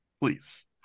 please